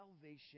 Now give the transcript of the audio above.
salvation